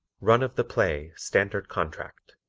run-of-the-play standard contract